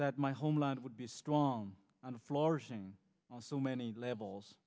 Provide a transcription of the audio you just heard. that my homeland would be strong on the floor seeing so many levels